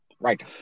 Right